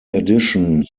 addition